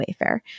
Wayfair